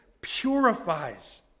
purifies